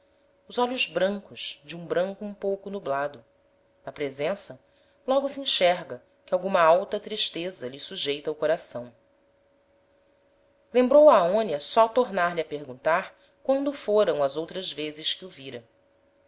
os olhos brancos de um branco um pouco nublado na presença logo se enxerga que alguma alta tristeza lhe sujeita o coração lembrou a aonia só tornar-lhe a perguntar quando foram as outras vezes que o vira